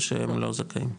או שהם לא זכאים?